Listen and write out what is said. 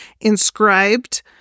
inscribed